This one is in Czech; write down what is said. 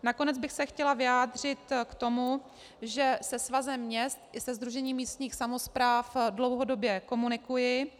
Nakonec bych se chtěla vyjádřit k tomu, že se Svazem měst i se Sdružením místních samospráv dlouhodobě komunikuji.